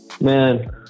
Man